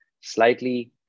slightly